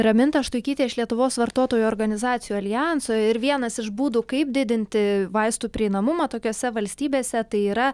raminta štuikytė iš lietuvos vartotojų organizacijų aljanso ir vienas iš būdų kaip didinti vaistų prieinamumą tokiose valstybėse tai yra